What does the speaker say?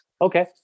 okay